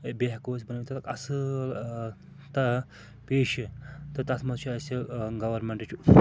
بیٚیہِ ہیٚکو أسۍ بَنٲوِتھ تَتھ اَصۭل آ پیشہِ تہٕ تَتھ منٛز چھِ اَسہِ آ گورمینٛٹ